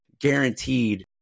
guaranteed